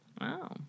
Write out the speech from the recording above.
Wow